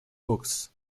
books